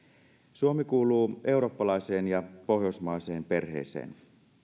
suomi kuuluu eurooppalaiseen ja pohjoismaiseen perheeseen